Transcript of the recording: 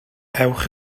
ewch